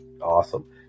awesome